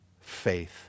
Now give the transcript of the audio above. faith